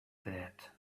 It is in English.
that